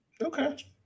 Okay